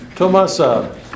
Tomasa